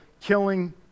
killing